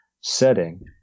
setting